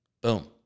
Boom